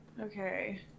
okay